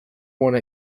one